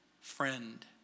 friend